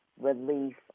relief